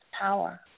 power